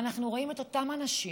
אנחנו רואים את אותם אנשים